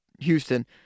Houston